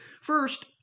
First